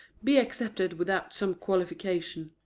be accepted without some qualification.